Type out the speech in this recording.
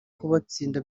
kubatsinda